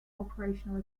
operational